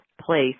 place